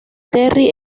terry